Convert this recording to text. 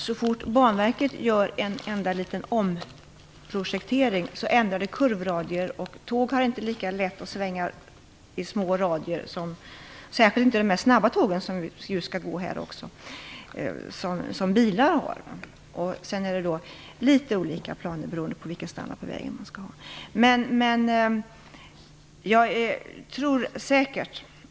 Så fort Banverket gör en enda liten omprojektering så ändrar det kurvradier, och tåg har inte lika lätt att svänga i små radier som bilar har, särskilt inte de snabba tåg som också skall gå här. Sedan blir det också fråga om litet olika planer beroende på vilken standard man skall ha på vägen.